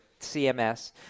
CMS